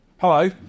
hello